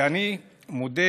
שאני מודה